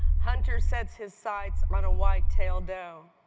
hunter sets his sights on a whitetail doe.